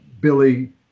Billy